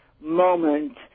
moment